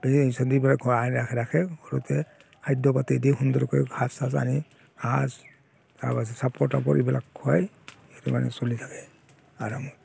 বেজি চেজি দি পেলাই ঘৰ আনে ৰাখে ঘৰতে খাদ্য পাতি দি সুন্দৰকৈ ঘাঁহ চাঁহ আনি ঘাঁহ তাৰপাছত চাপৰ তাপৰ এইবিলাক খুৱাই সিহঁতে মানে চলি থাকে আৰামত